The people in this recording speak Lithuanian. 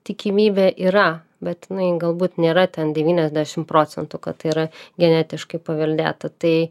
tikimybė yra bet jinai galbūt nėra ten devyniasdešimt procentų kad tai yra genetiškai paveldėta tai